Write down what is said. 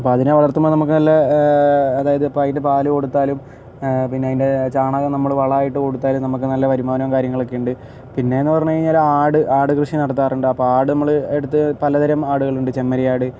അപ്പം അതിനെ വളർത്തുമ്പോൾ നമുക്ക് നല്ല അതായത് ഇപ്പോൾ അതിൻ്റെ പാൽ കൊടുത്താലും പിന്നെ അതിൻ്റെ ചാണകം ഇപ്പോൾ വളമായിട്ട് കൊടുത്താലും നമുക്ക് നല്ല വരുമാനം കാര്യങ്ങളും ഒക്കെയുണ്ട് പിന്നെയെന്നു പറഞ്ഞു കഴിഞ്ഞാൽ ആട് ആട് കൃഷി നടത്താറുണ്ട് അപ്പം ആട് നമ്മുടെ അടുത്ത് പലതരം ആടുകൾ ഉണ്ട് ചെമ്പരിയാട്